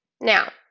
Now